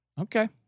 Okay